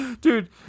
dude